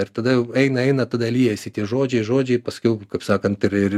ir tada jau eina eina tada liejasi tie žodžiai žodžiai paskiau kaip sakant ir